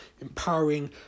empowering